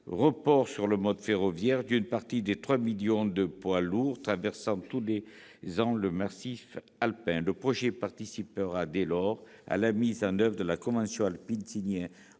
report sur le mode ferroviaire d'une partie des 3 millions de poids lourds traversant tous les ans le massif alpin. Le projet participera, dès lors, à la mise en oeuvre de la convention alpine signée en